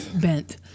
bent